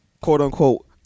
quote-unquote